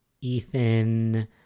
Ethan